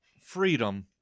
freedom